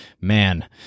man